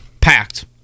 Packed